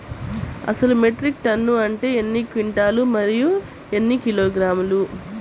అసలు metric ton అంటే ఎన్ని క్వింటాలు మరియు ఎన్ని కిలోగ్రాములు?